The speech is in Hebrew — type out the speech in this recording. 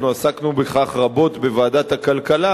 אנחנו עסקנו בכך רבות בוועדת הכלכלה,